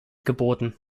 geboten